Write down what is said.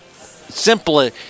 simply